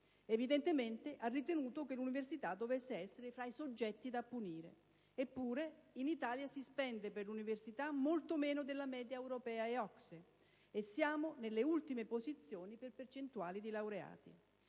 Evidentemente, ha ritenuto che l'università dovesse essere fra i soggetti da punire. Eppure, in Italia si spende per l'università molto meno delle medie europea e OCSE e siamo nelle ultime posizioni per percentuale di laureati.